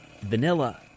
vanilla